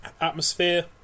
atmosphere